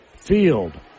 Field